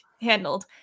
handled